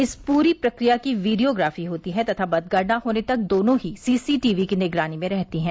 इस पूरी प्रक्रिया की वीडियोग्राफी होती है तथा मतगणना होने तक दोनों ही सी सी टी वी की निगरानी में रहती हैं